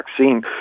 vaccine